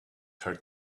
her